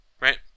right